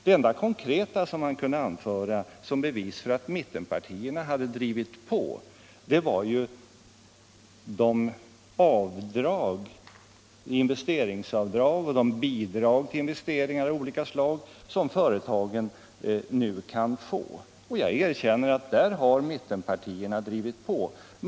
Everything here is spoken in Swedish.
Det enda konkreta han kunde anföra som bevis för att mittenpartierna hade drivit på var investeringsavdrag och bidrag till investeringar av olika slag som företagen nu kan få. Jag erkänner att mittenpartierna drivit på där.